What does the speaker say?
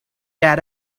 that